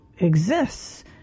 exists